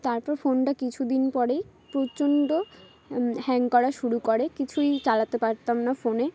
তারপর ফোনটা কিছুদিন পরেই প্রচণ্ড হ্যাংগ করা শুরু করে কিছুই চালাতে পারতাম না ফোনে